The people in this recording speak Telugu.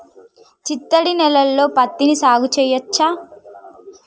చిత్తడి నేలలో పత్తిని సాగు చేయచ్చా?